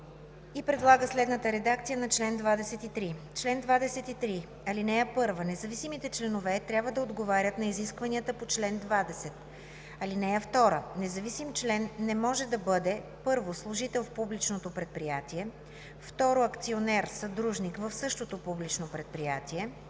и предлага следната редакция на чл. 23: „Чл. 23. (1) Независимите членове трябва да отговарят на изискванията по чл. 20. (2) Независим член не може да бъде: 1. служител в публичното предприятие; 2. акционер/съдружник в същото публичното предприятие;